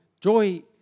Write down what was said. joy